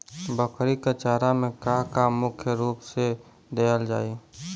बकरी क चारा में का का मुख्य रूप से देहल जाई?